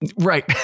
Right